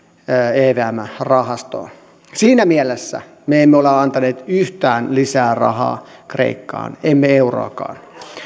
evm rahastoon siinä mielessä me emme ole antaneet yhtään lisää rahaa kreikkaan emme euroakaan